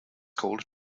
called